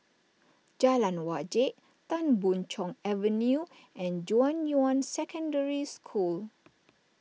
Jalan Wajek Tan Boon Chong Avenue and Junyuan Secondary School